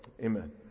Amen